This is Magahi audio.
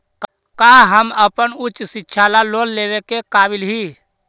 का हम अपन उच्च शिक्षा ला लोन लेवे के काबिल ही?